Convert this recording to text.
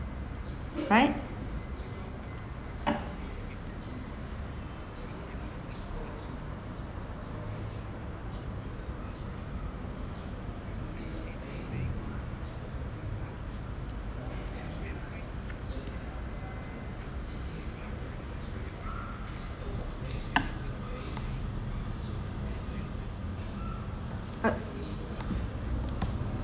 right uh